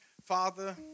Father